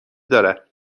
دارد